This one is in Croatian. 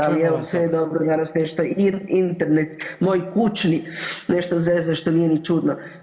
Ali evo sve je dobro, danas nešto Internet moj kućni nešto zeza što nije ni čudno.